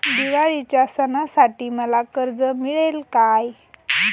दिवाळीच्या सणासाठी मला कर्ज मिळेल काय?